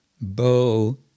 bow